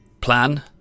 plan